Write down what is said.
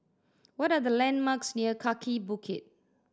what are the landmarks near Kaki Bukit